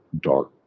dark